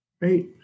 Right